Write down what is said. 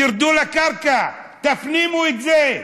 תרדו לקרקע, תפנימו את זה.